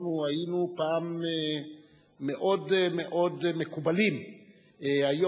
שאנחנו היינו פעם מאוד מאוד מקובלים בהם.